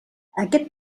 aquest